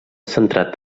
centrat